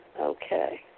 Okay